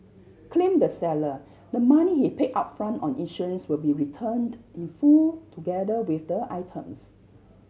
claimed the seller the money he pay upfront on insurance will be returned in full together with the items